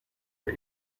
for